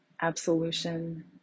absolution